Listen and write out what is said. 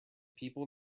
people